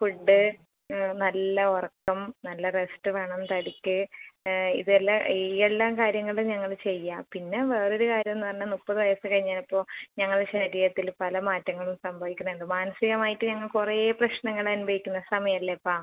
food നല്ല ഉറക്കം നല്ല റസ്റ്റ് വേണം തടിക്ക് ഇത് അല്ല ഈ എല്ലാ കാര്യങ്ങളും ഞങ്ങൾ ചെയ്യാം പിന്നെ വേറെ ഒരു കാര്യം എന്ന് പറഞ്ഞാൽ മുപ്പത് വയസ്സ് കഴിഞ്ഞപ്പോൾ ഞങ്ങളെ ശരീരത്തിൽ പല മാറ്റങ്ങളും സംഭവിക്കുന്നണ്ട് മാനസികമായിട്ട് ഞങ്ങൾ കുറേ പ്രശ്നങ്ങൾ അനുഭവിക്കുന്ന സമയം അല്ലേപ്പാ